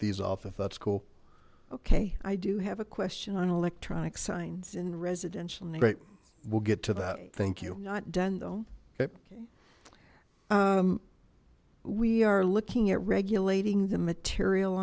these off of that school ok i do have a question on electronic signs in residential neighborhood we'll get to that thank you not done though we are looking at regulating the material